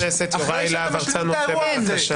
חבר הכנסת יוראי להב הרצנו, צא בבקשה.